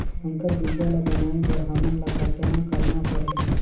संकर बीजा ल बनाय बर हमन ल कतना करना परही?